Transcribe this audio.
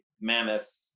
mammoth